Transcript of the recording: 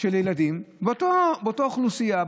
של ילדים באותה אוכלוסייה,